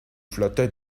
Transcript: flattais